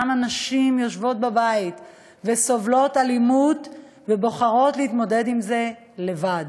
כמה נשים יושבות בבית וסובלות אלימות ובוחרות להתמודד עם זה לבד.